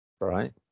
right